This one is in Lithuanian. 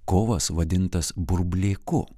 kovas vadintas burblėku